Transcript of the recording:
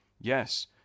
yes